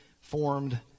formed